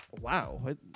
Wow